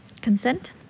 Consent